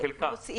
זה יוצר רושם